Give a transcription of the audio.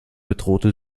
bedrohte